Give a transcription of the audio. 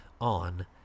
on